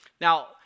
Now